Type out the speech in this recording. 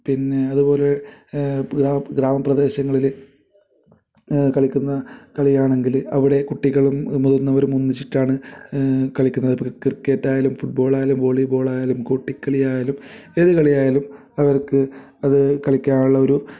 പിന്നെ അതുപോലെ ഗ്രാ ഗ്രാമ പ്രദേശങ്ങളിൽ കളിക്കുന്ന കളിക്കുന്ന കളിയാണെങ്കിൽ അവിടെ കുട്ടികളും മുതിർന്നവരും ഒന്നിച്ചിട്ടാണ് കളിക്കുന്നത് ഇപ്പോൾ ക്രിക്കറ്റായാലും ഫുട്ബോളയാലും വോളി ബോളായാലും ഗോട്ടിക്കളി ആയാലും ഏത് കളി ആയാലും അവർക്ക് അത് കളിക്കാനുള്ള ഒരു